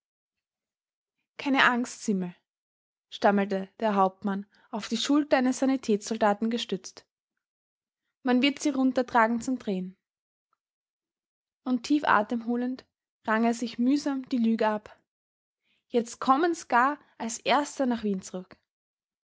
keine angst simmel stammelte der hauptmann auf die schulter eines sanitätssoldaten gestützt man wird sie runtertragen zum train und tief atemholend rang er sich mühsam die lüge ab jetzt kommen's gar als erster nach wien zurück